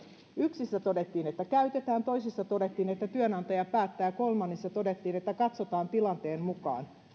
yksissä todettiin että käytetään toisissa todettiin että työnantaja päättää ja kolmansissa todettiin että katsotaan tilanteen mukaan